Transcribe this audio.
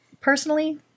personally